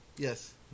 Yes